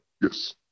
Yes